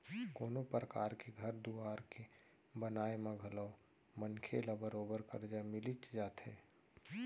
कोनों परकार के घर दुवार के बनाए म घलौ मनखे ल बरोबर करजा मिलिच जाथे